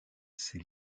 ces